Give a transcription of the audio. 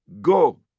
Go